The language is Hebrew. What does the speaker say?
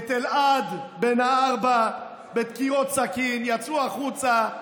את אלעד בן הארבע, בדקירות סכין, יצאו החוצה,